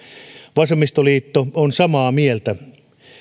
vasemmistoliitto on samaa mieltä